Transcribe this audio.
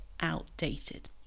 outdated